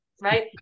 right